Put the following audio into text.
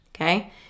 okay